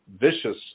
vicious